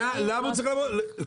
למה הוא צריך לעבור בדיקה?